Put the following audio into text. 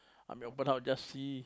I'm at open house just see